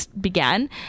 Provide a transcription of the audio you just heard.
began